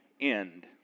end